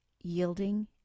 yielding